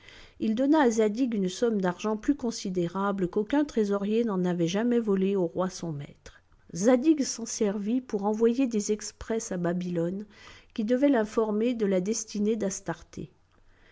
il donna à zadig une somme d'argent plus considérable qu'aucun trésorier n'en avait jamais volé au roi son maître zadig s'en servit pour envoyer des exprès à babylone qui devaient l'informer de la destinée d'astarté